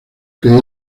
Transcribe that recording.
que